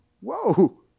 Whoa